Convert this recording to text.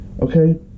Okay